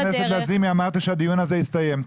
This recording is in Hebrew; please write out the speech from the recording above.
חברת הכנסת לזימי, אמרתי שהדיון הזה הסתיים.